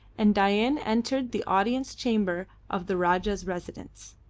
and dain entered the audience chamber of the rajah's residence.